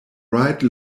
ride